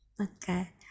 Okay